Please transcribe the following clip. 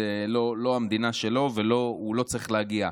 זאת לא המדינה שלו והוא לא צריך להגיע,